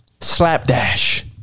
slapdash